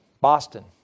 Boston